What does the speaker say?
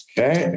Okay